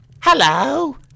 Hello